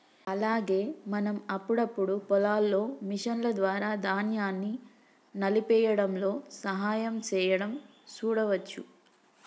అలాగే మనం అప్పుడప్పుడు పొలాల్లో మిషన్ల ద్వారా ధాన్యాన్ని నలిపేయ్యడంలో సహాయం సేయడం సూడవచ్చు